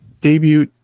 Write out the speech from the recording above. debut